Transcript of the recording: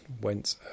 went